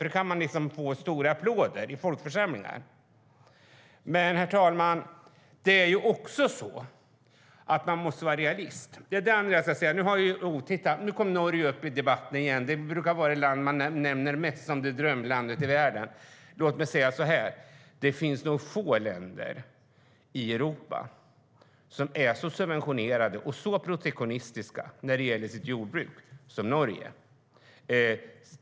Då kan man få stora applåder i folkförsamlingar. Men, herr talman, man måste vara realist. Nu kom Norge upp i debatten igen. Det brukar vara det land man nämner mest som drömlandet i världen. Låt mig säga att det nog finns få länder i Europa som utnyttjar subventioner och är så protektionistiska när det gäller sitt jordbruk som Norge.